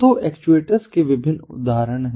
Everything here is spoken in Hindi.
तो एक्चुएटर्स के विभिन्न उदाहरण हैं